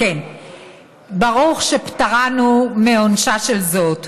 ברוך שפטרנו מעונשה של זאת.